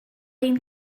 ein